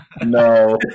no